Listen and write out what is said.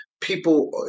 people